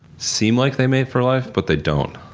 seem like they mate for life but they don't.